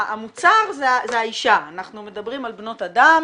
המוצר זה האישה, אנחנו מדברים על בנות אדם